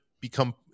become